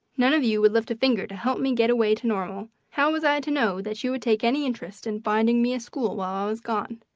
none of you would lift a finger to help me get away to normal, how was i to know that you would take any interest in finding me a school while i was gone?